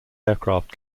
aircraft